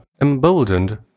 emboldened